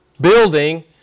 building